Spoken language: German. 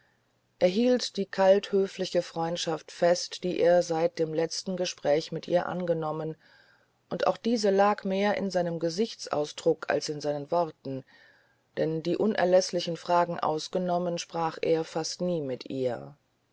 hielt die kalt höfliche freundschaft fest die er seit dem letzten gespräch mit ihr angenommen und auch diese lag mehr in seinem gesichtsausdruck als in seinen worten denn die unerläßlichen fragen ausgenommen sprach er fast nie mit ihr